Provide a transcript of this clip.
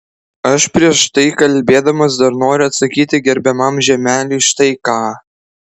aš prieš tai kalbėdamas dar noriu atsakyti gerbiamam žiemeliui štai ką